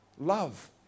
love